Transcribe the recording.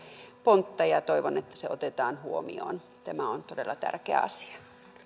pontta ja toivon että se otetaan huomioon tämä on todella tärkeä asia